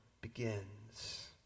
begins